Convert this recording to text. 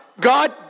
God